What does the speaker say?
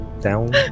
down